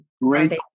right